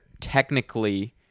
technically